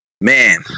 Man